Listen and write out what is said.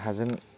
हाजों